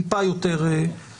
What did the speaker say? טיפה יותר מידתי.